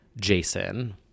Jason